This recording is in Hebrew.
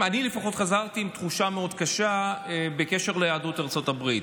אני לפחות חזרתי עם תחושה מאוד קשה בקשר ליהדות ארצות הברית.